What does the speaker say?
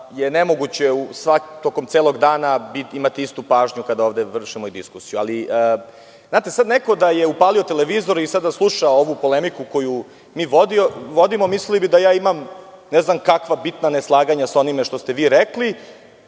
je nemoguće tokom celog dana imati istu pažnju kada vršimo diskusiju, ali da je sada neko upalio televizor i slušao ovu polemiku koju mi vodimo, mislio bi da ja imam ne znam kakva bitna neslaganja sa onim što ste vi rekli,